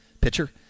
pitcher